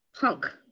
Punk